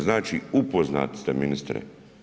Znači upoznati ste ministre.